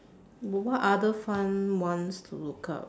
but what other fun ones to look up